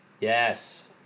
Yes